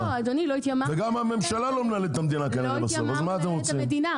אדוני, לא התיימרנו לנהל את המדינה.